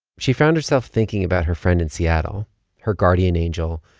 she found herself thinking about her friend in seattle her guardian angel,